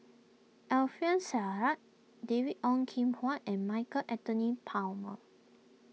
Alfian Sa'At David Ong Kim Huat and Michael Anthony Palmer